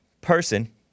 person